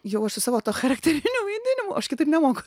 jau aš su savo tuo charakteriniu vaidinimu aš kitaip nemoku